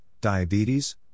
diabetes